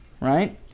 right